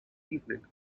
evening